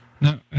Now